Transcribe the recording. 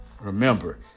remember